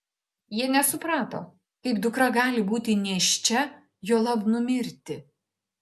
jie nesuprato kaip dukra gali būti nėščia juolab numirti